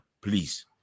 please